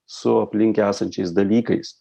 su aplink esančiais dalykais